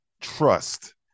trust